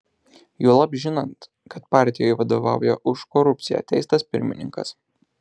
juolab žinant kad partijai vadovauja už korupciją teistas pirmininkas